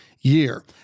Year